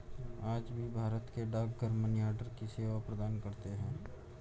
आज भी भारत के डाकघर मनीआर्डर की सेवा प्रदान करते है